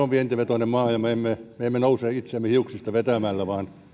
on todella vientivetoinen maa ja me emme me emme nouse itseämme hiuksista vetämällä vaan